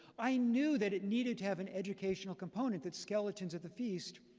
i knew that it needed to have an educational component that skeletons at the feast,